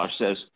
says